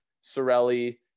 Sorelli